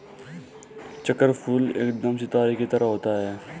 चक्रफूल एकदम सितारे की तरह होता है